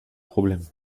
problème